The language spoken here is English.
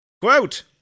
Quote